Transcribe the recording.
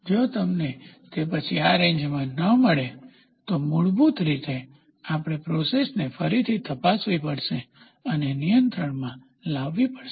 જો તમને તે પછી આ રેન્જમાં ન મળે તો મૂળભૂત રીતે આપણે પ્રોસેસને ફરીથી તપાસવી પડશે અને તેને નિયંત્રણમાં લાવવી પડશે